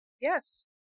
Yes